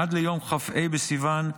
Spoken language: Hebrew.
עד ליום כ"ה בסיוון,